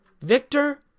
Victor